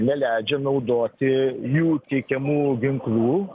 neleidžia naudoti jų teikiamų ginklų